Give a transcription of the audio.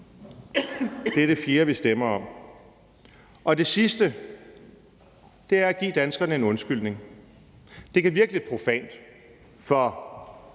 Det er det fjerde, vi stemmer om. Det sidste er at give danskerne en undskyldning. Det kan virke lidt profant, for